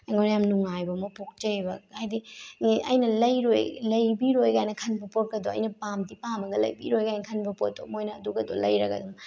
ꯑꯩꯉꯣꯟꯗ ꯌꯥꯝ ꯅꯨꯡꯉꯥꯏꯕ ꯑꯃ ꯄꯣꯛꯆꯩꯑꯕ ꯍꯥꯏꯗꯤ ꯑꯩꯅ ꯂꯩꯕꯤꯔꯣꯏꯀꯥꯏꯅ ꯈꯟꯕ ꯄꯣꯠꯀꯗꯣ ꯑꯩꯅ ꯄꯥꯝꯗꯤ ꯄꯥꯝꯃꯒ ꯂꯩꯕꯤꯔꯣꯏꯀꯥꯏꯅ ꯈꯟꯕ ꯄꯣꯠꯇꯣ ꯃꯣꯏꯅ ꯑꯗꯨꯒꯗꯣ ꯂꯩꯔꯒ ꯑꯗꯨꯝ